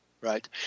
Right